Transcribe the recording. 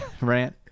rant